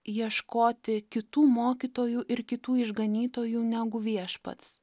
ieškoti kitų mokytojų ir kitų išganytojų negu viešpats